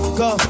go